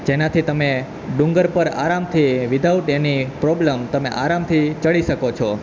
જેનાથી તમે ડુંગર પર આરામથી વિધાઉટ એની પ્રોબ્લેમ તમે આરામથી ચઢી શકો છો